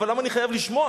אבל למה אני חייב לשמוע?